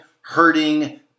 hurting